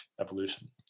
evolution